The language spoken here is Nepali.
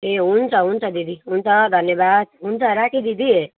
ए हुन्छ हुन्छ दिदी हुन्छ धन्यवाद हुन्छ राखेँ दिदी